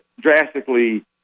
drastically